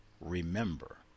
remember